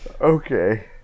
Okay